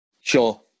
Sure